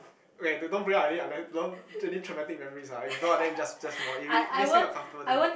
okay don't don't bring out any unless don't any traumatic memories ah if not then just just move on if it makes you uncomfortable then